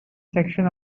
section